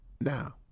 Now